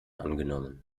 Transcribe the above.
angenommen